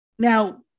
Now